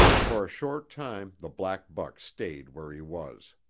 for a short time the black buck stayed where he was.